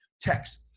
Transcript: Text